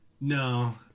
No